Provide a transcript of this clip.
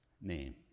name